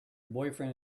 boyfriend